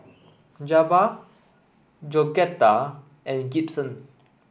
Jabbar Georgetta and Gibson